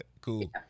Cool